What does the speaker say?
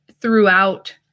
throughout